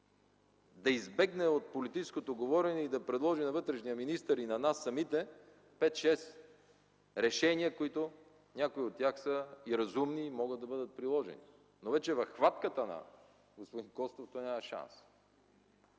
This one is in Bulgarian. да избегне от политическото говорене и да предложи на вътрешния министър и на нас самите 5-6 решения, някои от които са разумни и могат да бъдат приложени. Но вече в хватката на господин Костов той няма шанс.